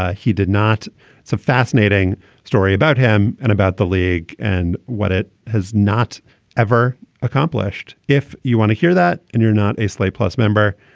ah he did not. it's a fascinating story about him and about the league and what it has not ever accomplished. if you want to hear that and you're not a slate plus member,